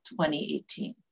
2018